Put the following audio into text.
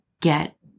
get